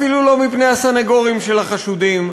אפילו לא מפני הסנגורים של החשודים.